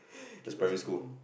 that's primary school